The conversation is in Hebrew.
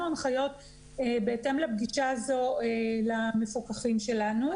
הנחיות בהתאם לפגישה הזו למפוקחים שלנו.